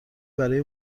برای